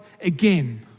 again